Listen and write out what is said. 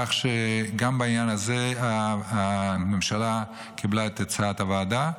כך שגם בעניין הזה הממשלה קיבלה את הצעת הוועדה.